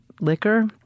liquor